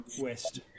west